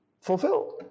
fulfilled